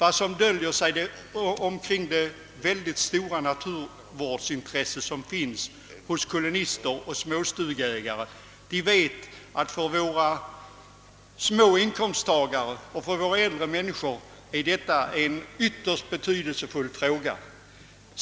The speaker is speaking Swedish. Alla som känner till det mycket stora naturvårdsintresset bland kolonister och småstugeägare vet, att en omställning är en ytterst betydelsefull fråga för dessa människor som ofta är små inkomsttagare och äldre personer.